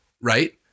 right